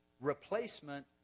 Replacement